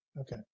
Okay